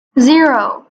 zero